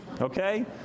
okay